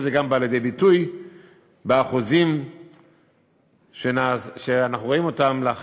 וזה גם בא לידי ביטוי באחוזים שאנחנו רואים לאחר